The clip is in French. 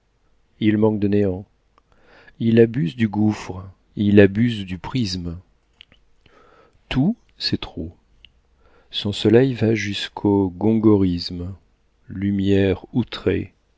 il manque de néant il abuse du gouffre il abuse du prisme tout c'est trop son soleil va jusqu'au gongorisme lumière outrée